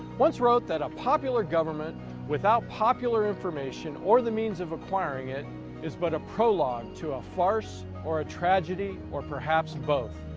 once wrote that a popular government without popular information or the means of acquiring is but a prologue to a farce or a tragedy or perhaps both.